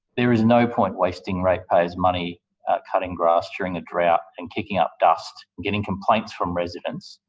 there is no point wasting rate payers' money cutting grass during a drought and kicking up dust and getting complaints from residents.